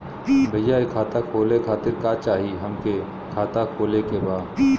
भईया खाता खोले खातिर का चाही हमके खाता खोले के बा?